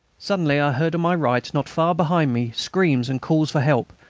suddenly i heard on my right, not far behind me, screams and calls for help,